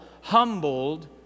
humbled